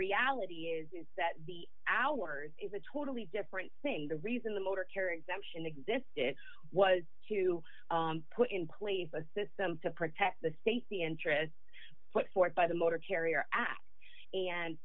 reality is is that the hours is a totally different thing the reason the motor care exemption existed was to put in place a system to protect the state the interest put forth by the motor carrier a